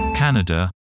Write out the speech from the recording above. Canada